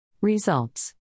Results